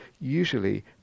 usually